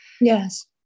Yes